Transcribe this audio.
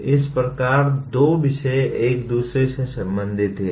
इस प्रकार दो विषय एक दूसरे से संबंधित हैं